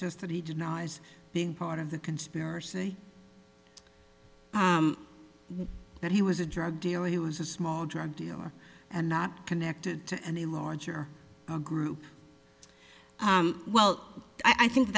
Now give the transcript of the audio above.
just that he denies being part of the conspiracy that he was a drug dealer he was a small drug dealer and not connected to any larger group well i think